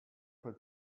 for